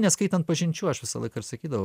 neskaitant pažinčių aš visą laiką ir sakydavau